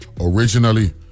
Originally